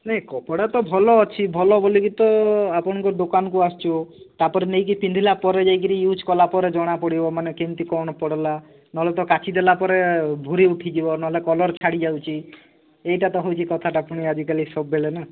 ନାଇଁ କପଡ଼ା ତ ଭଲ ଅଛି ଭଲ ବୋଲିକରି ତ ଆପଣଙ୍କ ଦୋକାନକୁ ଆସୁଛୁ ତା ପରେ ନେଇକି ପିନ୍ଧିଲା ପରେ ଯାଇକିରୀ ୟୁଜ କଲା ପରେ ଜଣା ପଡ଼ିବ ମାନେ କେମିତି କଣ ପଡ଼ିଲା ନହେଲେ ତ କାଚି ଦେଲା ପରେ ଭୁରି ଉଠିଯିବ ନହେଲେ କଲର ଛାଡ଼ି ଯାଉଛି ଏଇଟା ତ ହେଉଛି କଥା ଟା ଆଜି କାଲି ସବୁବେଳେ ନାଁ